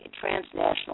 transnational